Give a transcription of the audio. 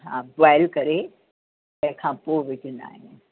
हा बॉइल करे तंहिंखां पोइ विझंदा आहियूं